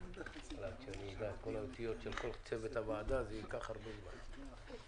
לפתוח את המיקרופון ואת המצלמה,